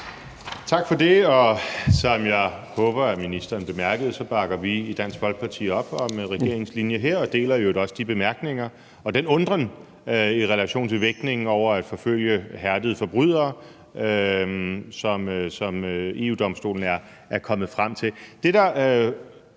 Tak for det. Som jeg håber ministeren har bemærket, bakker vi i Dansk Folkeparti op om regeringens linje her og deler i øvrigt også de bemærkninger og den undren i relation til vægtningen af at forfølge hærdede forbrydere, som EU-Domstolen er kommet frem til.